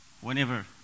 whenever